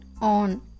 on